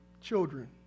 children